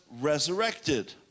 resurrected